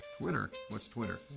twitter? what's twitter?